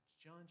John